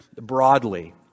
broadly